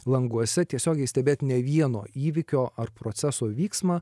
languose tiesiogiai stebėt ne vieno įvykio ar proceso vyksmą